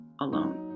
alone